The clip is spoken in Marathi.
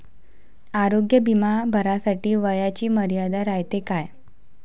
आरोग्य बिमा भरासाठी वयाची मर्यादा रायते काय?